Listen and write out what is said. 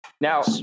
Now